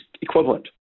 equivalent